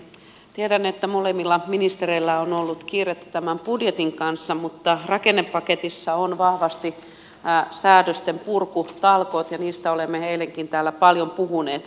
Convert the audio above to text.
tiedän että molemmilla ministereillä on ollut kiirettä tämän budjetin kanssa mutta rakennepaketissa on vahvasti säädöstenpurkutalkoot ja niistä olemme eilenkin täällä paljon puhuneet